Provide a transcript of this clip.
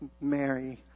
Mary